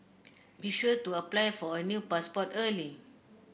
be sure to apply for a new passport early